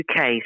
UK